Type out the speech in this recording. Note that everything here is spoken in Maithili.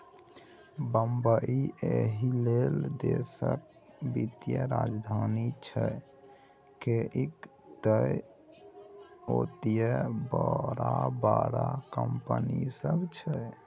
बंबई एहिलेल देशक वित्तीय राजधानी छै किएक तए ओतय बड़का बड़का कंपनी सब छै